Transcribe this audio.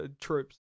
Troops